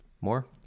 More